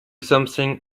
something